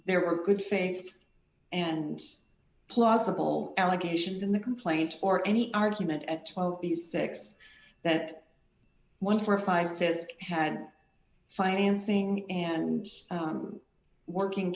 there are good faith and plausible allegations in the complaint or any argument at twelve these six that one for five has had financing and working